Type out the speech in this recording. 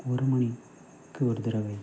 ஒரு மணிக்கு ஒரு தடவை